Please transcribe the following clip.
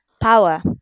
power